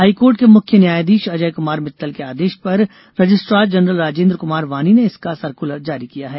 high court के मुख्य न्यायाधीश अजय कुमार मित्तल के आदेश पर रजिस्ट्रार जनरल राजेंद्र कुमार वानी ने इस का सर्कुलर जारी किया है